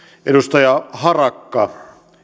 edustaja harakka